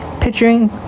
Picturing